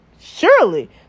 Surely